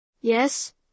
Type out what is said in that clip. Yes